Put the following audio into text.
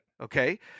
Okay